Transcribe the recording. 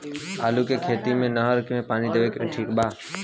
आलू के खेती मे नहर से पानी देवे मे ठीक बा?